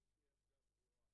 אומרת: